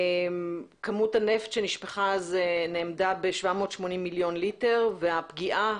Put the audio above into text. כמות הנפט שנשפכה אז נאמדה אז ב-780,000,000 ליטר והפגיעה